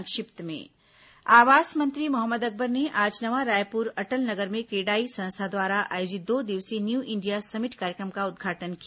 संक्षिप्त समाचार आवास मंत्री मोहम्मद अकबर ने आज नवा रायपुर अटल नगर में क्रेडाई संस्था द्वारा आयोजित दो दिवसीय न्यू इंडिया समिट कार्यक्रम का उद्घाटन किया